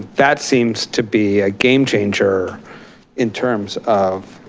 that seems to be a game changer in terms of